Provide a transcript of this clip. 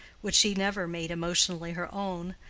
which she never made emotionally her own,